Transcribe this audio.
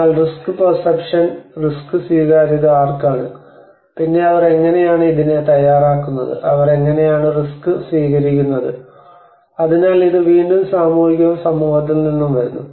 എന്നാൽ risk perception risk സ്വീകാര്യത ആർക്കാണ് പിന്നെ അവർ എങ്ങനെയാണ് ഇതിന് തയ്യാറാകുന്നത് അവർ എങ്ങനെയാണ് റിസ്ക് സ്വീകരിക്കുന്നത് അതിനാൽ ഇത് വീണ്ടും സാമൂഹികവും സമൂഹത്തിൽ നിന്നും വരുന്നു